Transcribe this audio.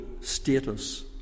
status